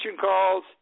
calls